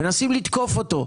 מנסים לתקוף אותו.